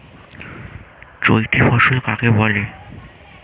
চৈতি ফসল কাকে বলে?